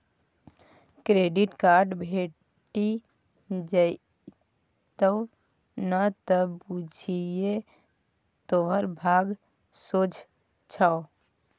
credit card भेटि जेतउ न त बुझिये तोहर भाग सोझ छौ